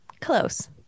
Close